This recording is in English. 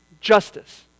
Justice